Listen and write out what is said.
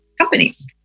companies